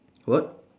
what